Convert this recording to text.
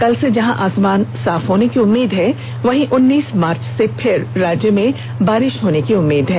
कल से जहां आसमान साफ होने की उम्मीद है वही उन्नीस मार्च से फिर राज्य में बारिष होने की उम्मीदें हैं